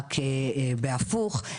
רק בהפוך,